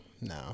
no